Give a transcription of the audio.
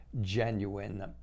genuine